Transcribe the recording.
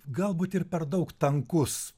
galbūt ir per daug tankus